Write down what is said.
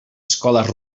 escolars